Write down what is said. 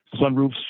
sunroofs